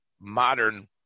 modern